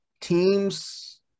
Teams